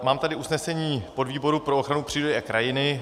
Mám tady usnesení podvýboru pro ochranu přírody a krajiny.